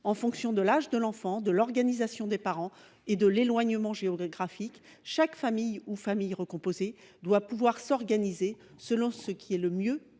En fonction de l’âge de l’enfant, de l’organisation des parents et de l’éloignement géographique, chaque famille ou famille recomposée doit pouvoir s’organiser selon ce qui est le mieux pour